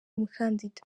umukandida